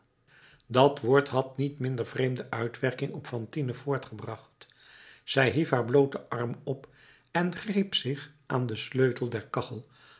dat woord had een niet minder vreemde uitwerking op fantine voortgebracht zij hief haar blooten arm op en greep zich aan den sleutel der kachel